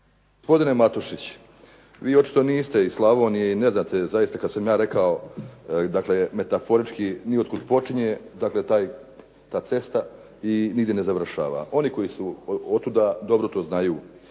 Gospodine Matušić, vi očito niste iz Slavonije i ne znate zaista kada sam ja rekao dakle metaforički ni otkuda počinje, dakle ta cesta i nigdje ne završava. Oni koji su otuda dobro to znaju,